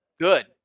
good